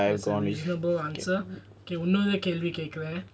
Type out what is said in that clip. that's a reasonable answer okay இன்னொருகேள்விகேக்குறேன்:innoru kelvi kekuren